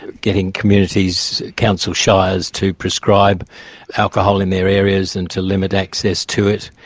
getting communities, council shires, to proscribe alcohol in their areas and to limit access to it.